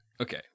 okay